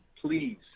please